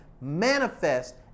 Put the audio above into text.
manifest